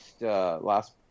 last